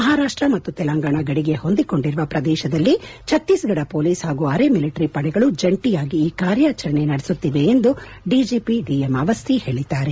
ಮಹಾರಾಪ್ಷ ಮತ್ತು ತೆಲಂಗಾಣ ಗಡಿಗೆ ಹೊಂದಿಕೊಂಡಿರುವ ಪ್ರದೇಶದಲ್ಲಿ ಛತ್ತೀಡ್ಗಢ ಮೊಲೀಸ್ ಹಾಗೂ ಅರೆ ಮಿಲಿಟರಿ ಪಡೆಗಳು ಜಂಟಿಯಾಗಿ ಈ ಕಾರ್ಯಾಚರಣೆಯನ್ನು ನಡೆಸುತ್ತಿವೆ ಎಂದು ಡಿಜೆಪಿ ಡಿಎಂ ಅವಶ್ಚಿ ಹೇಳಿದ್ದಾರೆ